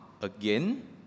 again